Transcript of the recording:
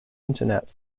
internet